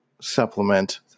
supplement